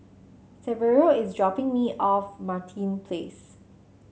Saverio is dropping me off Martin Place